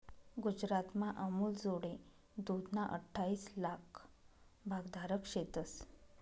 गुजरातमा अमूलजोडे दूधना अठ्ठाईस लाक भागधारक शेतंस